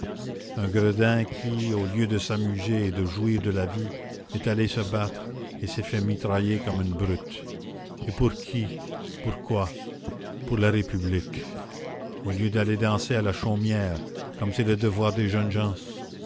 un gredin qui au lieu de s'amuser et de jouir de la vie est allé se battre et s'est fait mitrailler comme une brute et pour qui pourquoi pour la république au lieu d'aller danser à la chaumière comme c'est le devoir des jeunes gens